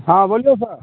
हँ बोलियौ सर